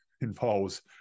involves